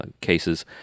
cases